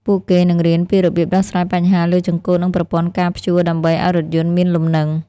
ពួកគេនឹងរៀនពីរបៀបដោះស្រាយបញ្ហាលើចង្កូតនិងប្រព័ន្ធការព្យួរដើម្បីឱ្យរថយន្តមានលំនឹង។